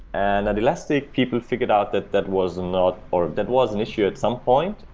and and elastic people figured out that that was not or that was an issue at some point,